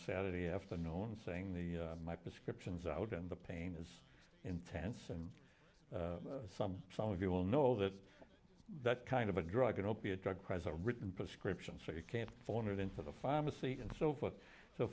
saturday afternoon saying the my prescriptions out and the pain is intense and some some of you will know that that kind of a drug an opiate drug crimes are written prescriptions so you can't phone it into the pharmacy and so forth so